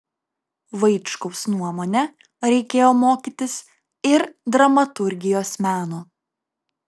vaičkaus nuomone reikėjo mokytis ir dramaturgijos meno